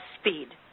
speed